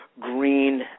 green